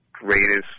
greatest